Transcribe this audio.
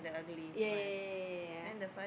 ya ya ya ya ya